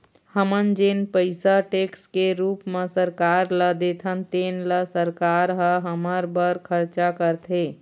हमन जेन पइसा टेक्स के रूप म सरकार ल देथन तेने ल सरकार ह हमर बर खरचा करथे